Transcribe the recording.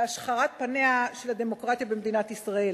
בהשחרת פניה של הדמוקרטיה במדינת ישראל.